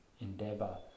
endeavor